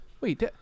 wait